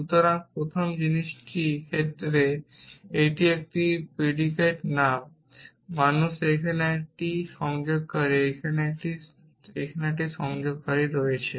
সুতরাং প্রথম জিনিস ক্ষেত্রে এটি একটি predicate নাম মানুষ এখানে এটি একটি সংযোগকারী রয়েছে